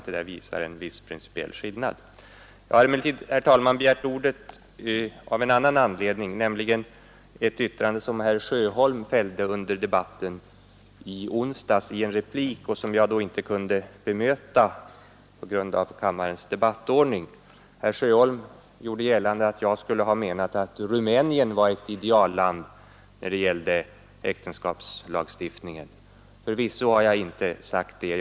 Detta är en principiell skillnad. Jag har emellertid, herr talman, begärt ordet av en annan anledning, nämligen på grund av ett yttrande i en replik av herr Sjöholm under debatten i onsdags, vilket jag inte då kunde bemöta på grund av kammarens debattordning. Herr Sjöholm gjorde gällande att jag skulle ha menat att Rumänien var ett idealland när det gällde äktenskapslagstiftning. Förvisso har jag inte sagt det.